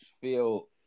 feel